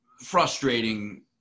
frustrating